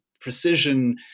precision